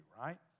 right